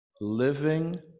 living